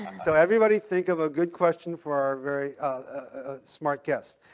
so everybody think of a good question for our very ah smart guests.